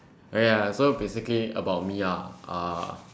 uh ya so basically about me ah uh